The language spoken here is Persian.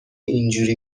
اینجوری